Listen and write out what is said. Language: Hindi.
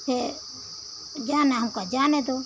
ये जाना हमको जाने दो